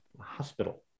hospital